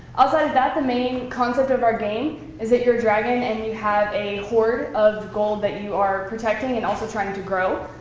outside of that, the main concept of our game is that you're a dragon, and you have a horde of gold that you are protecting and also trying to grow.